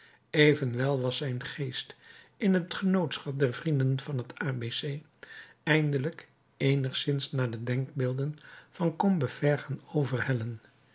evenwel was zijn geest in het genootschap der vrienden van het a b c eindelijk eenigszins naar de denkbeelden van combeferre gaan overhellen